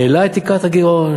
העלה את תקרת הגירעון,